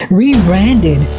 rebranded